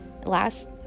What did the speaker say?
Last